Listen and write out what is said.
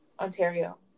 Ontario